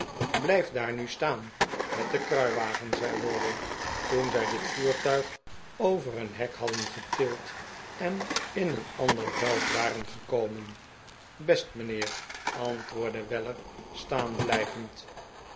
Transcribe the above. blijf daar nu staan met den kruiwagen zei wardle toen zij dit voertuig over een hek hadden getild en in een ander veld waren gekomen best mijnheer antwoordde weller staan blijvend